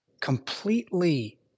completely